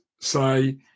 say